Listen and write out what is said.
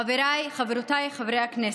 חבריי וחברותיי חברי הכנסת,